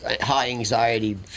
high-anxiety